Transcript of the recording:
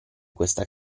questa